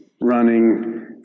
running